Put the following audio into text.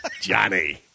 Johnny